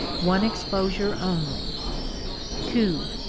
one exposure only two.